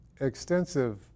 extensive